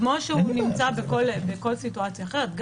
כמו שהוא נמצא בכל סיטואציה אחרת,